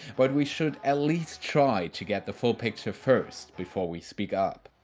but we should at least try to get the full picture first before we speak up.